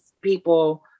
people